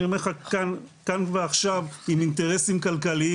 אני אומר לך כאן ועכשיו עם אינטרסים כלכליים